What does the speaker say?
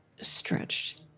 stretched